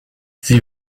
sie